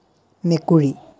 মেকুৰী